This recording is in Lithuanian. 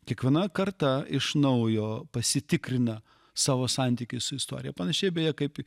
kiekviena karta iš naujo pasitikrina savo santykį su istorija panašiai beje kaip